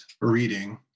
reading